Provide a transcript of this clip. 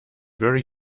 very